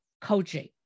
coaching